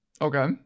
Okay